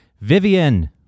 Vivian